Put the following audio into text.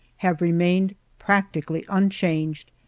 have remained practically unchanged,